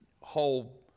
whole